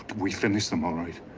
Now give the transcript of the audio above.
we finished them, all right.